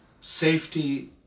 safety